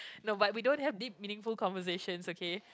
no but we don't have deep meaningful conversations okay